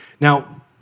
Now